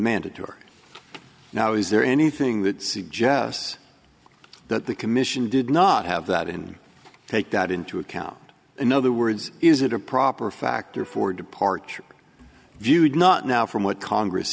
mandatory now is there anything that suggests that the commission did not have that in take that into account in other words is it a proper factor for departure viewed not now from what congress